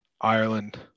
Ireland